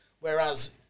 Whereas